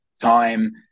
time